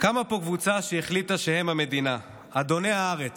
קמה פה קבוצה שהחליטה שהם המדינה, אדוני הארץ,